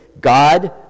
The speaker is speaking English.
God